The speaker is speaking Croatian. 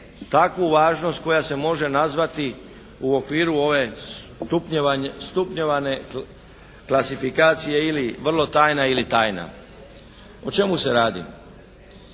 takvu važnost koja se može nazvati u okviru ove stupnjevane klasifikacije vrlo tajna ili tajna. O čemu se radi?